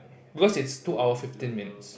because it's two hour fifteen minutes